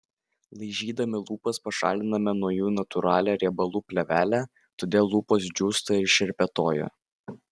laižydami lūpas pašaliname nuo jų natūralią riebalų plėvelę todėl lūpos džiūsta ir šerpetoja